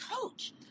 coach